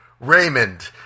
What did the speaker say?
Raymond